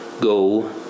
go